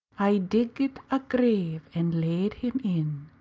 i digged a grave, and laid him in,